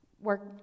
work